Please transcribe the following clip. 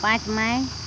ᱯᱟᱸᱪ ᱢᱟᱭ